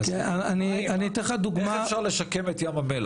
איך אפשר לשקם את הים?